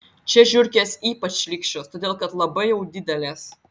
čia žiurkės ypač šlykščios todėl kad labai jau didelės